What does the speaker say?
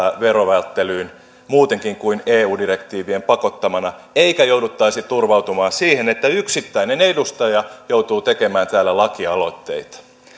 verovälttelyyn muutenkin kuin eu direktiivien pakottamana eikä jouduttaisi turvautumaan siihen että yksittäinen edustaja joutuu tekemään täällä lakialoitteita